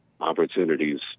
opportunities